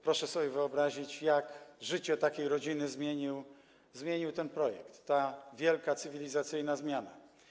Proszę sobie wyobrazić, jak życie takiej rodziny zmienił ten projekt, ta wielka cywilizacyjna zmiana.